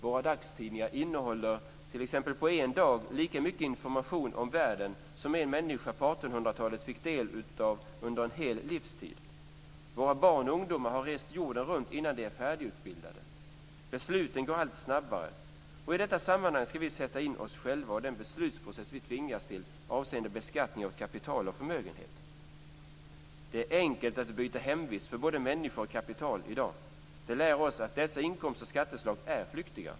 Våra dagstidningar innehåller på en dag lika mycket information om världen som en människa på 1800 talet fick del av under en hel livstid. Våra barn och ungdomar har rest jorden runt innan de är färdigutbildade. Besluten går allt snabbare. I detta sammanhang ska vi sätta in oss själva och den beslutsprocess vi tvingas till avseende beskattning av kapital och förmögenhet. Det är enkelt att byta hemvist för både människor och kapital i dag. Det lär oss att dessa inkomst och skatteslag är flyktiga.